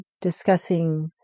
discussing